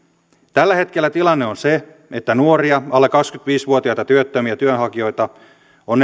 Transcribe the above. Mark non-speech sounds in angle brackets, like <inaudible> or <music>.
tällä hetkellä tilanne on se että nuoria alle kaksikymmentäviisi vuotiaita työttömiä työnhakijoita on <unintelligible>